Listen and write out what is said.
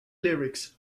lyrics